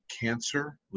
cancer